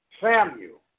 Samuel